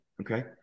okay